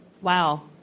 wow